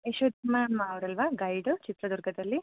Yashoda ma'am ಅವರಲ್ವಾ guide ಚಿತ್ರದುರ್ಗದಲ್ಲಿ